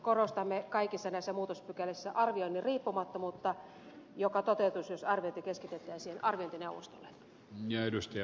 korostamme kaikissa näissä muutospykälissä arvioinnin riippumattomuutta joka toteutuisi jos arviointi keskitettäisiin arviointineuvostolle